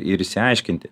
ir išsiaiškinti